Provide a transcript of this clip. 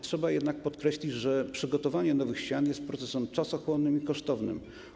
Trzeba jednak podkreślić, że przygotowanie nowych ścian jest procesem czasochłonnym i kosztownym.